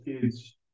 kids